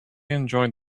enjoyed